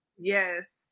Yes